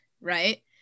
right